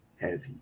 heavy